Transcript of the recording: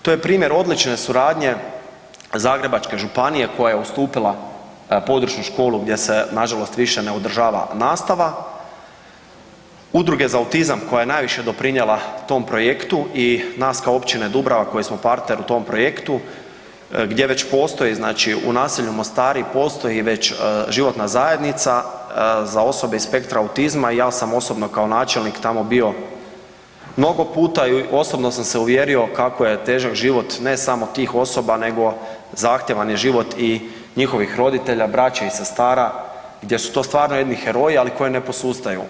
To je primjer odlične suradnje Zagrebačke županije koja je ustupila području školu gdje se nažalost više ne održava nastava Udruge za autizam koja je najviše doprinijela tom projektu i nas kao općine Dubrava koji smo partner u tom projektu gdje već postoji znači u naselju Mostari postoji već životna zajednica za osobe iz spektra autizma i ja sam osobno kao načelnik tamo bio mnogo puta i osobno sam se uvjerio kako je težak život ne samo tih osoba, nego zahtjevan je život i njihovih roditelja, braće i sestara gdje su to stvarno jedni heroji, ali koji ne posustaju.